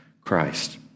Christ